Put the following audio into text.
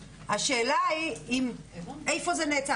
השאלה היא איפה זה נעצר.